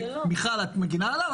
מיכל, את מגינה עליו?